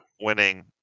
Winning